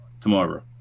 tomorrow